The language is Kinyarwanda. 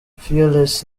fearless